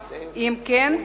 2. אם כן,